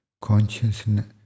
Consciousness